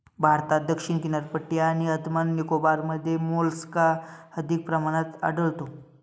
भारतात दक्षिण किनारपट्टी आणि अंदमान निकोबारमध्ये मोलस्का अधिक प्रमाणात आढळतो